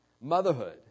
Motherhood